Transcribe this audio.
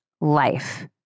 life